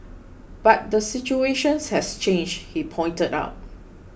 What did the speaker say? but the situation has changed he pointed out